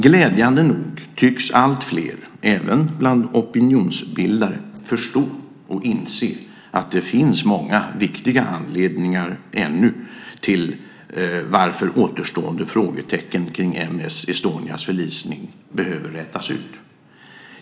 Glädjande nog tycks alltfler, även bland opinionsbildare, förstå och inse att det finns många viktiga anledningar till att ännu återstående frågetecken kring M/S Estonias förlisning rätas ut.